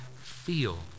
feel